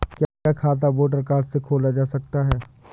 क्या खाता voter card से खोला जा सकता है?